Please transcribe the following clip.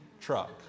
truck